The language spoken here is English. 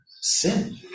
sin